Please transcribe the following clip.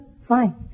fine